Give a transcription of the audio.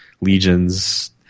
legions